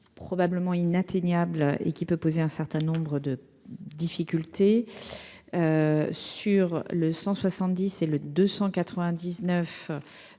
probablement inatteignable et qui peut poser un certain nombre de difficultés sur le 170 et le 299